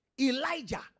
Elijah